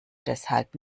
deshalb